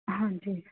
ਹਾਂਜੀ